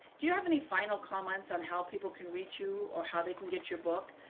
do you have any final comments on how people can reach you or how they can get your book?